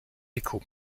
déco